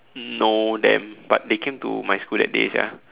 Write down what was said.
know them but they came to my school that day sia